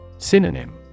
synonym